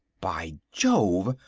by jove!